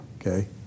okay